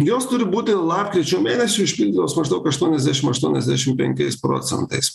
jos turi būti lapkričio mėnesiui užpildytos maždaug aštuoniasdešim aštuoniasdešim penkiais procentais